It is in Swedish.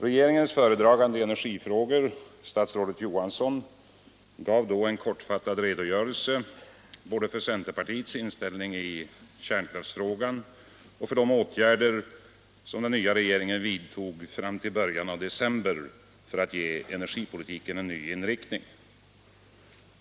Regeringens föredragande i energifrågor, statsrådet Johansson, gav då en kortfattad redogörelse både för centerpartiets inställning i kärnkraftsfrågan och för de åtgärder som den nya regeringen vidtog fram till början av december för att ge energipolitiken en ny inriktning.